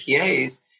PAs